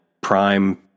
prime